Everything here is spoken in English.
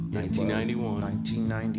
1991